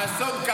האסון קרה.